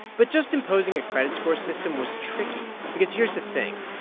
but just imposing a credit score system was tricky because here's the thing.